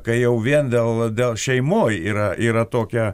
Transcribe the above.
kai jau vien dėl dėl šeimoj yra yra tokia